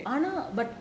ஆமா:aama